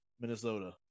Minnesota